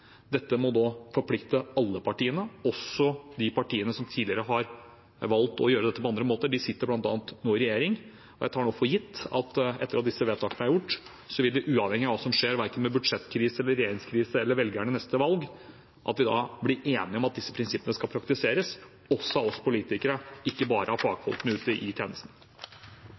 Dette må nå forplikte alle partiene, også de partiene som tidligere har valgt å gjøre dette på andre måter, bl.a. de som nå sitter i regjering. Jeg tar nå for gitt at etter at disse vedtakene er gjort, blir vi – uavhengig av hva som skjer med budsjettkrise, regjeringskrise eller ved neste valg – enige om at disse prinsippene skal praktiseres også av oss politikere, ikke bare av fagfolkene ute i tjenesten.